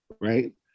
right